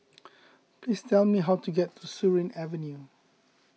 please tell me how to get to Surin Avenue